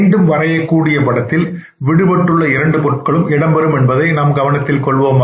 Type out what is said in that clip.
மீண்டும் வரையக்கூடிய படத்தில் விடுபட்டுள்ள இரண்டு பொருட்களும் இடம் பெறும் என்பதும் கவனத்தில் கொள்வோமாக